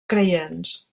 creients